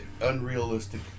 unrealistic